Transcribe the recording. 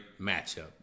matchup